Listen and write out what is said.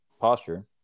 posture